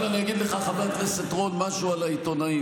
עכשיו אני אגיד לכם משהו על העיתונאים.